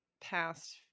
past